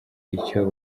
icyo